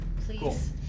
please